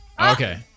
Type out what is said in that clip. Okay